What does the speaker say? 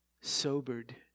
Sobered